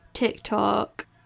TikTok